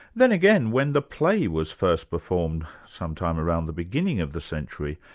then again, when the play was first performed some time around the beginning of the century,